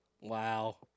Wow